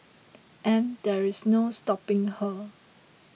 and there is no stopping her